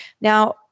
Now